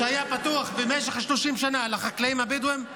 שהיה פתוח במשך 30 שנה לחקלאים הבדואים,